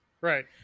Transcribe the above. Right